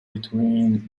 between